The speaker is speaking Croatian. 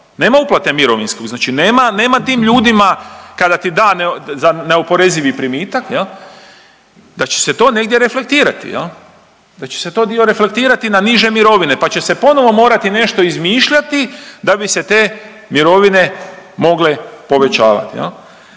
nema uplate mirovinskog znači nema tim ljudima, kada ti da za neoporezivi primitak da će se to negdje reflektirati, je li, da će se to dio reflektirati na niže mirovine pa će se ponovo morati nešto izmišljati da bi se te mirovine mogle povećavati.